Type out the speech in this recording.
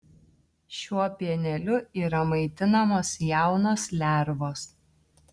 šiuo pieneliu yra maitinamos jaunos lervos